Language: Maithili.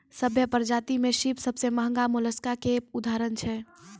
सभ्भे परजाति में सिप सबसें महगा मोलसका के उदाहरण छै